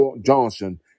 Johnson